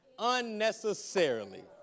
unnecessarily